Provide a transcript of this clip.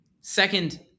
Second